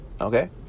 Okay